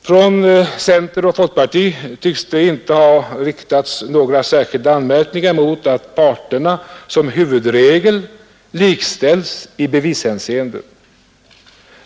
Från centern och folkpartiet tycks det inte ha riktats några särskilda anmärkningar mot att parterna som huvudregel likställs i bevishänseende.